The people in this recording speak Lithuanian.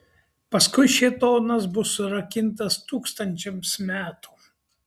paskui šėtonas bus surakintas tūkstančiams metų